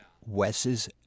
Wes's